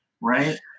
Right